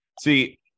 see